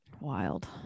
Wild